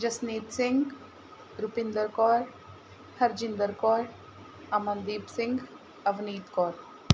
Jasmeet Singh Rupinder Kaur Harjinder Kaur Amandeep Singh Avneet Kaur